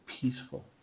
peaceful